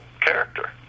character